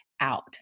out